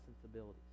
sensibilities